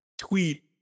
Tweet